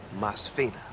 Masfina